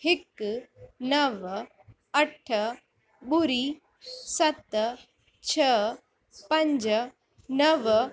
हिकु नव अठ ॿुड़ी सत छह पंज नव